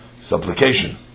supplication